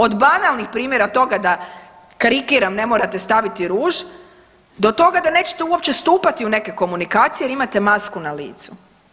Od banalnih primjera, od toga da karikiram ne morate staviti ruž do toga da nećete uopće stupati u neke komunikacije jer imate masku na licu.